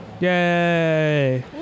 Yay